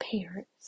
parents